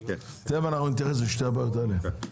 תכף נתייחס לשתי הבעיות האלה.